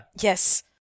yes